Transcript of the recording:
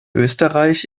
österreich